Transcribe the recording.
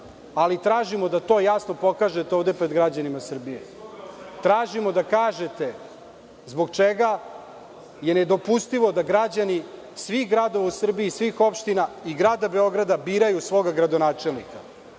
ali tražimo da to jasno pokažete ovde pred građanima Srbije. Tražimo da kažete - zbog čega je nedopustivo da građani svih gradova u Srbiji, svih opština i Grada Beograda biraju svog gradonačelnika?